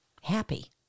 happy